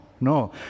No